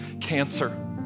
cancer